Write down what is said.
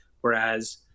Whereas